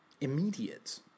immediate